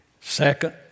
Second